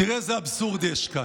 תראה איזה אבסורד יש כאן.